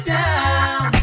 down